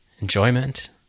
enjoyment